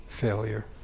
failure